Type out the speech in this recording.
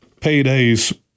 paydays